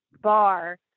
bar